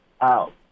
out